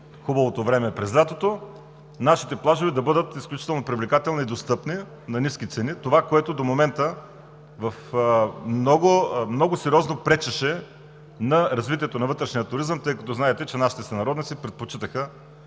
хубавото време през лятото, нашите плажове да бъдат изключително привлекателни и достъпни, на ниски цени – това, което до момента много сериозно пречеше на развитието на вътрешния туризъм, тъй като знаете, че нашите сънародници предпочитаха